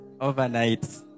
overnight